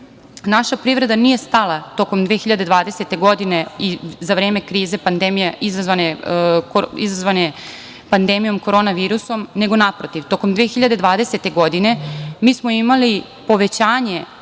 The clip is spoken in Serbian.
privreda nije stala tokom 2020. godine i za vreme krize izazvane pandemijom korona virusom, nego naprotiv, tokom 2020. godine mi smo imali povećanje